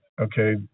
okay